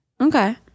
Okay